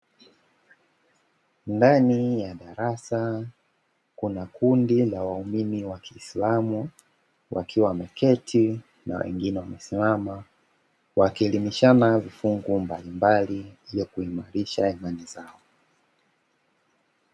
Ndani ya darasa kuna kundi la waumini wa kiislamu wakiwa wameketi na wengine wamesimama, wakielimishana vifungu mbalimbali vya kuimarisha imani zao.